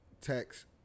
text